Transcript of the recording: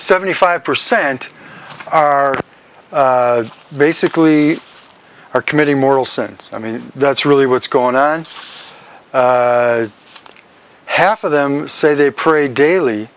seventy five percent are basically are committing moral sense i mean that's really what's going on it's half of them say they pray daily